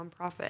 nonprofit